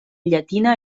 llatina